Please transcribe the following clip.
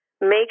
make